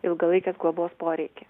ilgalaikės globos poreikį